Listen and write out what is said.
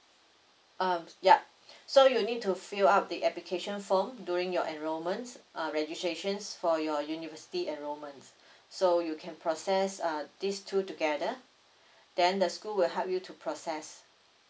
uh ya so you need to fill up the application foam during your enrolment uh registrations for your university enrolment so you can process uh this two together then the school will help you to process